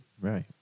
right